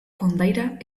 kondaira